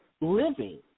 living